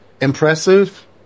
impressive